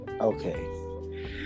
okay